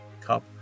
Cup